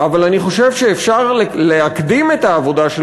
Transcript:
אבל אני חושב שאפשר להקדים את העבודה של